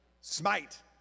Smite